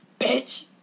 Bitch